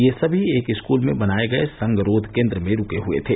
ये सभी एक स्कूल में बनाए गए संगरोध केंद्र में रूके हुए थे